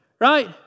right